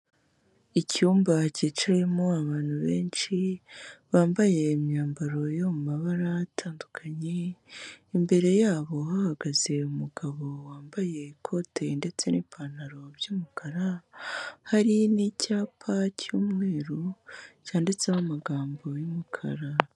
Icyumba cyicayemo abantu benshi, bambaye imyambaro yo mu mabara atandukanye, imbere yabo hahagaze umugabo wambaye ikote ndetse n'ipantaro by'umukara, hari n'icyapa cy'umweru, cyanditseho amagambo y'umukara.